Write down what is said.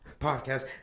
Podcast